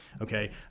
okay